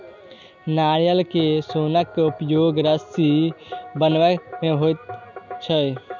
नारियल के सोनक उपयोग रस्सी बनबय मे होइत छै